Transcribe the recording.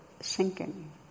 sinking